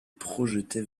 projetait